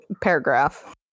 paragraph